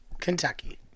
Kentucky